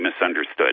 misunderstood